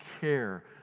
care